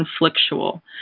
conflictual